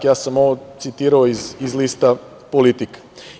Ja sam ovo citirao iz lista „Politika“